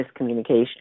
miscommunication